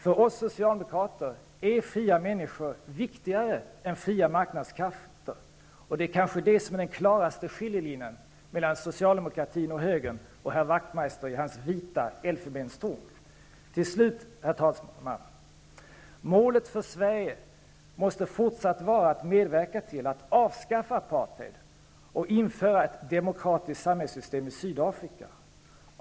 För oss socialdemokrater är fria människor viktigare än fria marknadskrafter, och det är kanske det som är den klaraste skiljelinjen mellan socialdemokratin och högern och herr Herr talman! Målet för Sverige måste även i fortsättningen vara att medverka till att avskaffa apartheid och införa ett demokratiskt samhällssystem i Sydafrika.